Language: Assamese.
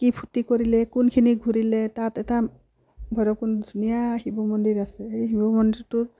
কি ফূৰ্তি কৰিলে কোনখিনি ঘূৰিলে তাত এটা ঘৰ কোন ধুনীয়া শিৱ মন্দিৰ আছে সেই শিৱ মন্দিৰটোৰ